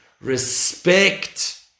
respect